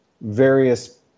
various